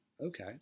Okay